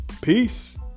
Peace